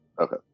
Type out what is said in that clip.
Okay